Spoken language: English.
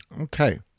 Okay